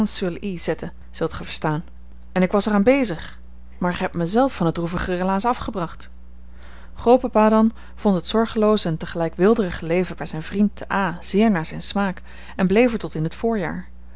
zetten zult gij verstaan en ik was er aan bezig maar gij hebt mij zelf van het droevig relaas afgebracht grootpapa dan vond het zorgeloos en tegelijk weelderig leven bij zijn vriend te a zeer naar zijn smaak en bleef er tot in het voorjaar